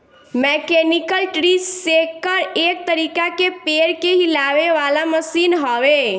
mechanical tree shaker एक तरीका के पेड़ के हिलावे वाला मशीन हवे